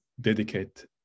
dedicate